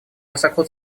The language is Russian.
высоко